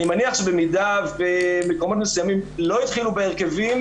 אני מניח שבמידה ומקומות מסוימים לא יתחילו בהרכבים,